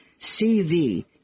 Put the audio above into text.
CV